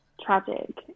tragic